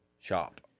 Shop